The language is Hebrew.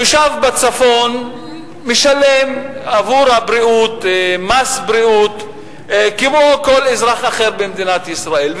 תושב בצפון משלם עבור הבריאות מס בריאות כמו כל אזרח אחר במדינת ישראל.